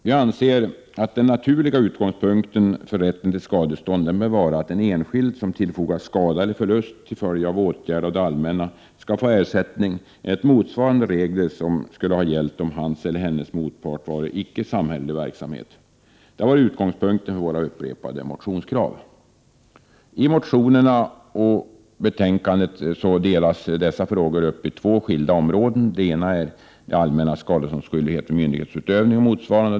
Vi anser att den naturliga utgångspunkten för rätten till skadestånd bör vara att en enskild som tillfogats skada eller förlust, till följd av åtgärd av det allmänna, skall få ersättning enligt motsvarande regler som skulle ha gällt om hans eller hennes motpart icke representerat samhällelig verksamhet. Detta har varit utgångspunkten för våra upprepade motionskrav. I motionerna och betänkandet delas dessa frågor upp i två skilda områden. Det ena är det allmännas skadeståndsskyldighet vid myndighetsutövning och motsvarande.